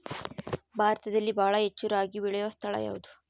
ಭಾರತದಲ್ಲಿ ಬಹಳ ಹೆಚ್ಚು ರಾಗಿ ಬೆಳೆಯೋ ಸ್ಥಳ ಯಾವುದು?